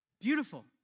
Beautiful